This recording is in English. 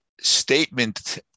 statement